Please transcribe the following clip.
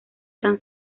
tan